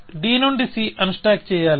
d నుండి c unstack చెయాలి